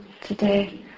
Today